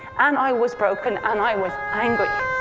and i was broken, and i was angry.